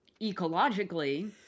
ecologically